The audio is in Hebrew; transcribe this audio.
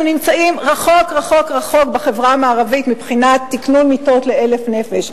אנחנו נמצאים רחוק בחברה המערבית מבחינת תכנון מיטות ל-1,000 נפש,